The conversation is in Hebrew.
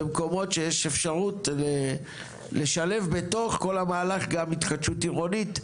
במקומות שיש אפשרות לשלב בתוך כל המהלך גם התחדשות עירונית,